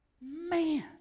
Man